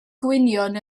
gwynion